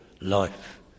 life